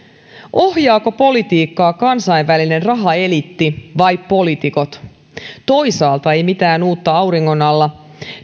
ohjaako politiikkaa kansainvälinen rahaeliitti vai poliitikot toisaalta ei mitään uutta auringon alla